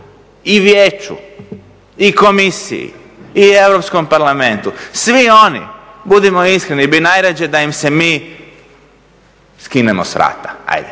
I Vijeću i Komisiji i Europskom parlamentu. Svi oni, budimo iskreni, bi najrađe da im se mi skinemo s vrata, ako